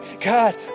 God